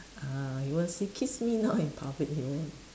ah he won't say kiss me now in public he won't